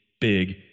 big